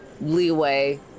leeway